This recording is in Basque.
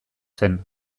zen